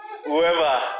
Whoever